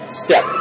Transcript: step